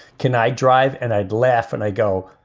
can i drive? and i'd laugh. and i go.